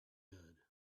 good